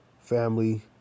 family